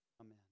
Amen